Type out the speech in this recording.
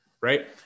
right